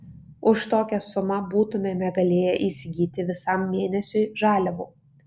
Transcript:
už tokią sumą būtumėme galėję įsigyti visam mėnesiui žaliavų